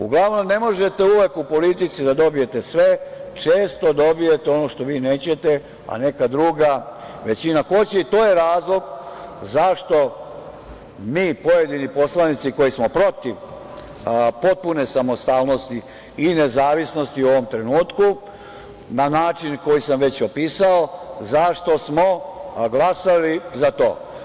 Uglavnom, ne možete uvek u politici da dobijete sve, često dobijete ono što vi nećete, a neka druga većina hoće i to je razlog zašto mi pojedini poslanici koji smo protiv potpune samostalnosti i nezavisnosti u ovom trenutku, na način na koji sam već opisao, zašto smo glasali za to.